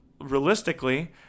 realistically